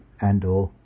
Andor